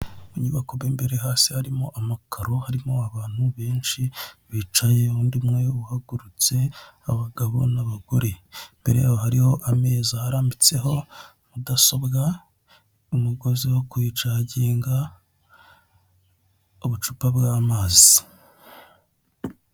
Inyubako mo imbere hasi harimo amakaro, harimo abantu benshi bicaye, undi umwe uhagurutse, abagabo n'abagore, imbere yabo hari ameza harambitseho mudasobwa, umugozi wo kuyicaginga, ubucupa bw'amazi.